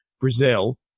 Brazil